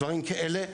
דברים כאלה,